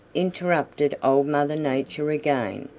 interrupted old mother nature again.